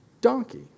donkey